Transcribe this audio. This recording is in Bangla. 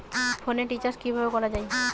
ফোনের রিচার্জ কিভাবে করা যায়?